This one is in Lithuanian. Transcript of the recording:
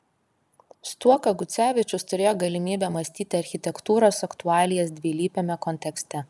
stuoka gucevičius turėjo galimybę mąstyti architektūros aktualijas dvilypiame kontekste